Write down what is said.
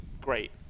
great